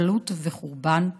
גלות וחורבן,